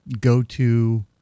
go-to